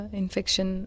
infection